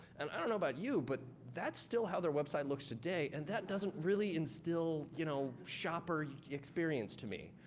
and i don't know about you, but that's still how their website looks today and that doesn't really instill you know shopper experience to me.